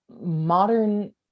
modern